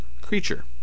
creature